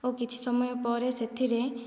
ଓ କିଛି ସମୟ ପରେ ସେଥିରେ